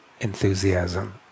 enthusiasm